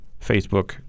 facebook